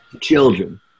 children